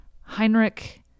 Heinrich